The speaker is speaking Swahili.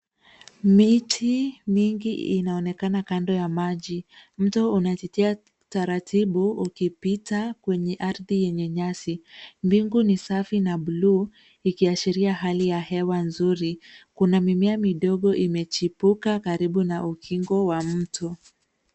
Miti mingi inaonekana kando ya maji. Mto unatiririka taratibu ukipita kwenye ardhi yenye nyasi. Mbingu ni safi na bluu, ikiashiria hali ya hewa nzuri. Kuna mimea midogo imechipuka karibu na ukingo wa mto.